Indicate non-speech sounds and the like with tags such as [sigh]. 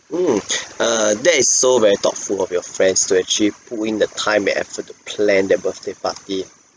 mm [breath] err that is so very thoughtful of your friends to actually put in the time and effort to plan that birthday party